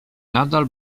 nadal